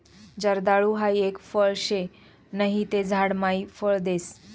जर्दाळु हाई एक फळ शे नहि ते झाड मायी फळ देस